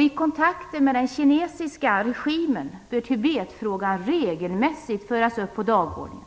I kontakter med den kinesiska regimen bör Tibetfrågan regelmässigt föras upp på dagordningen.